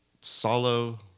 Solo